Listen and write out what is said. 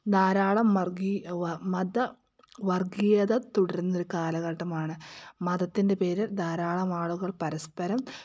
ധാരാളം മതവർഗ്ഗീയത തുടരുന്നൊരു കാലഘട്ടമാണ് മതത്തിൻ്റെ പേരിൽ ധാരാളം ആളുകൾ പരസ്പരം